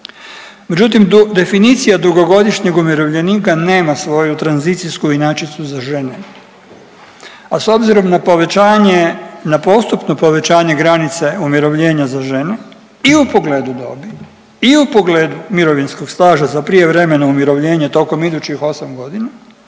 Međutim, definicija dugogodišnjeg umirovljenika nema svoju tranzicijsku inačicu za žene, a s obzirom na povećanje, na postupno povećanje granice umirovljenja za žene i u pogledu dobi i u pogledu mirovinskog staža za prijevremeno umirovljenje tokom idućih 8 godina